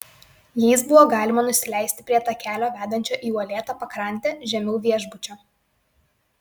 jais buvo galima nusileisti prie takelio vedančio į uolėtą pakrantę žemiau viešbučio